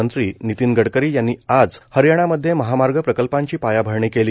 मंत्री नितीन गडकरी यांनी आज हरियाणामध्ये महामार्ग प्रकल्पांची पायाभरणी केली